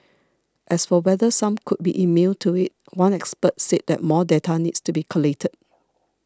as for whether some could be immune to it one expert said more data needs to be collated